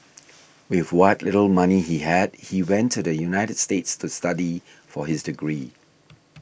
with what little money he had he went to the United States to study for his degree